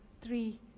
three